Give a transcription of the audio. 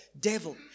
devil